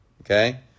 Okay